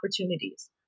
opportunities